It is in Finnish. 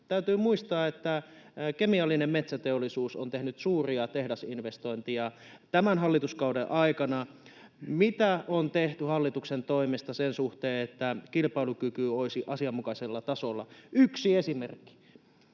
Täytyy muistaa, että kemiallinen metsäteollisuus on tehnyt suuria tehdasinvestointeja tämän hallituskauden aikana. Mitä on tehty hallituksen toimesta sen suhteen, että kilpailukyky olisi asianmukaisella tasolla? Yksi esimerkki: